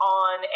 on